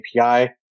API